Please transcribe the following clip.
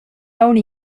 aunc